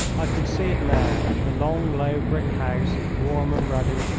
i can see it now, the long, low brick house, warm and ruddy,